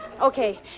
Okay